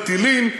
הטילים,